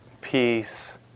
peace